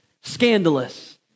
scandalous